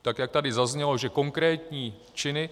Tak jak tady zaznělo, konkrétní činy.